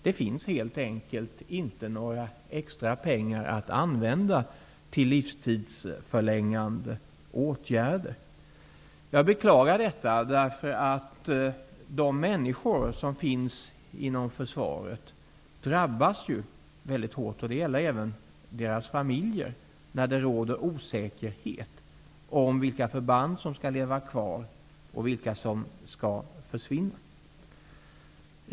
Det finns helt enkelt inte några extra pengar att använda till livstidsförlängande åtgärder. Jag beklagar detta, eftersom de människor som finns inom försvaret -- och även deras familjer -- drabbas mycket hårt när det råder osäkerhet om vilka förband som skall leva kvar och vilka som skall försvinna.